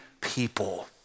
people